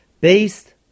based